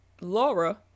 Laura